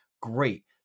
Great